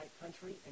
country